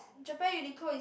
Japan Uniqlo is